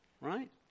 right